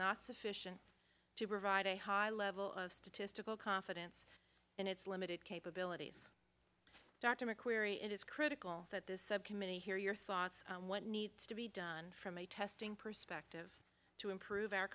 not sufficient to provide a high level of statistical confidence in its limited capabilities dr mcquary it is critical that this subcommittee hear your thoughts what needs to be done from a testing perspective to improve our